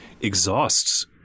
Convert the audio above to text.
exhausts